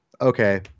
okay